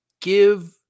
give